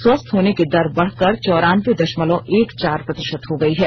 स्वस्थ होने की दर बढ़कर चौरानबे दशमलव एक चार प्रतिशत हो गयी है